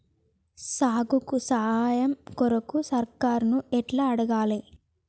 సాగుకు సాయం కొరకు సర్కారుని ఎట్ల అడగాలే?